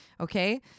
Okay